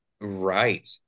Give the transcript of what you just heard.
Right